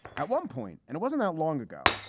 at one point, and it wasn't that long ago,